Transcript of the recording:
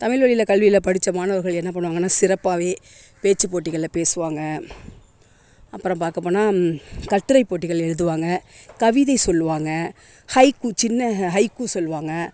தமிழ் வழியில் கல்வியில் படித்த மாணவர்கள் என்ன பண்ணுவாங்கன்னா சிறப்பாகவே பேச்சு போட்டிகளில் பேசுவாங்க அப்புறம் பார்க்க போனால் கட்டுரை போட்டிகள் எழுதுவாங்க கவிதை சொல்லுவாங்க ஹைக்கூ சின்ன ஹைக்கூ சொல்லுவாங்க